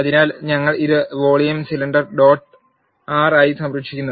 അതിനാൽ ഞങ്ങൾ ഇത് വോളിയം സിലിണ്ടർ ഡോട്ട് ആർ ആയി സംരക്ഷിക്കുന്നു